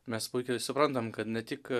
mes puikiai suprantam kad ne tik